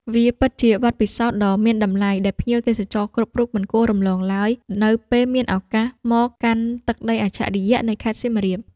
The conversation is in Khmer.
វាពិតជាបទពិសោធន៍ដ៏មានតម្លៃដែលភ្ញៀវទេសចរគ្រប់រូបមិនគួររំលងឡើយ នៅពេលមានឱកាសមកកាន់ទឹកដីអច្ឆរិយៈនៃខេត្តសៀមរាប។